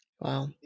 Wow